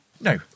No